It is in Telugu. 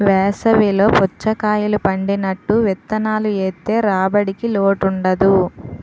వేసవి లో పుచ్చకాయలు పండినట్టు విత్తనాలు ఏత్తె రాబడికి లోటుండదు